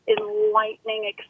enlightening